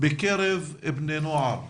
בקרב בני נוער וילדים.,